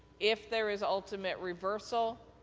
if there is ultimate reversal,